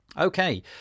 Okay